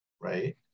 right